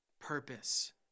purpose